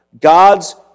God's